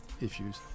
issues